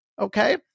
Okay